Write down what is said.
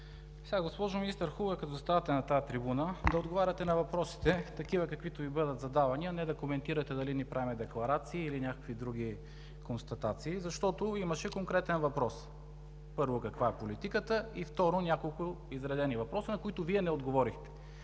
Госпожо Министър, хубаво е като заставате на тази трибуна, да отговаряте на въпросите – такива, каквито Ви бъдат задавани, а не да коментирате дали ние правим декларации, или някакви други констатации, защото имаше конкретен въпрос: първо, каква е политиката, и, второ, няколко изредени въпроса, на които Вие не отговорихте.